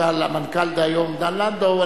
המנכ"ל דהיום דן לנדאו,